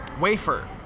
Wafer